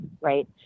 right